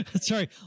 Sorry